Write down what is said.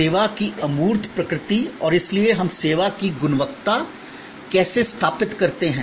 सेवा की अमूर्त प्रकृति और इसलिए हम सेवा की गुणवत्ता कैसे स्थापित करते हैं